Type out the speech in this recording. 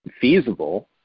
feasible